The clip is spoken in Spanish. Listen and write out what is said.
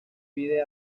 pide